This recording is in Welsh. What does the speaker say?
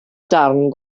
darn